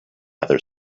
other